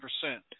percent